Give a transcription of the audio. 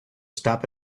stop